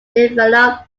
developed